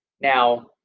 now